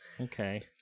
Okay